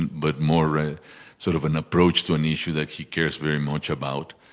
but more ah sort of an approach to an issue that he cares very much about.